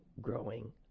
Growing